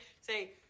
Say